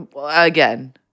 again